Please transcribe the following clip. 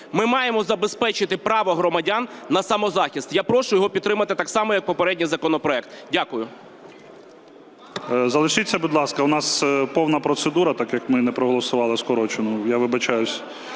Ми маємо забезпечити право громадян на самозахист. Я прошу його підтримати так само як попередній законопроект. Дякую. ГОЛОВУЮЧИЙ. Залишіться, будь ласка. У нас повна процедура, так як ми не проголосували скорочену. Я вибачаюся.